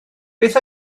beth